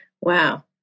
Wow